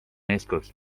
eeskujuks